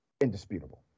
indisputable